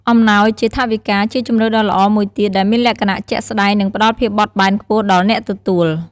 អំណោយជាថវិកា ជាជម្រើសដ៏ល្អមួយទៀត ដែលមានលក្ខណៈ ជាក់ស្តែង និងផ្ដល់ភាពបត់បែនខ្ពស់ដល់អ្នកទទួល។